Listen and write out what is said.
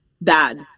bad